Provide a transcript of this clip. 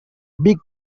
big